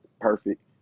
perfect